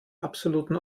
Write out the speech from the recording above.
absoluten